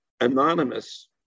anonymous